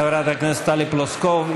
חברת הכנסת טלי פלוסקוב,